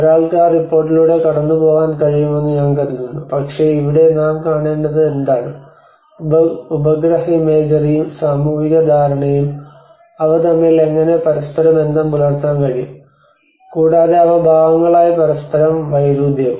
ഒരാൾക്ക് ആ റിപ്പോർട്ടിലൂടെ കടന്നുപോകാൻ കഴിയുമെന്ന് ഞാൻ കരുതുന്നു പക്ഷേ ഇവിടെ നാം കാണേണ്ടത് എന്താണ് ഉപഗ്രഹ ഇമേജറിയും സാമൂഹിക ധാരണയും അവ തമ്മിൽ എങ്ങനെ പരസ്പരബന്ധം പുലർത്താൻ കഴിയും കൂടാതെ അവ ഭാഗങ്ങളായി പരസ്പരം വൈരുദ്ധ്യവും